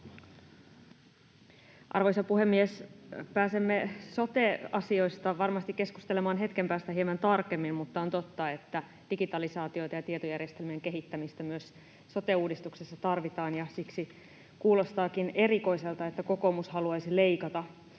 Arvoisa puhemies! Pääsemme sote-asioista varmasti keskustelemaan hetken päästä hieman tarkemmin, mutta on totta, että digitalisaatiota ja tietojärjestelmien kehittämistä myös sote-uudistuksessa tarvitaan, ja siksi kuulostaakin erikoiselta, että kokoomus haluaisi leikata